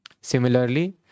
Similarly